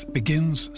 begins